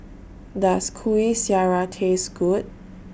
Does Kuih Syara Taste Good